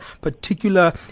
particular